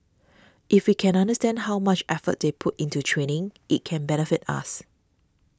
if we can understand how much effort they put into training it can benefit us